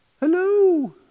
Hello